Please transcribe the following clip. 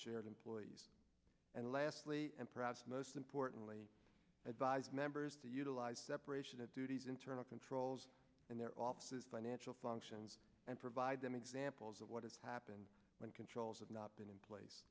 shared employees and lastly and perhaps most importantly advised members to utilize separation of duties internal controls and their offices by natural functions and provide them examples of what has happened when controls have not been in place